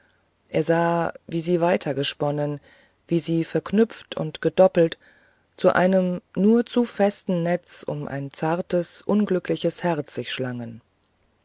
er sah wie sie weiter gesponnen wie sie verknüpft und gedoppelt zu einem nur zu festen netz um ein zartes unglückliches herz sich schlangen